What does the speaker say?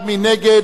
מי נגד?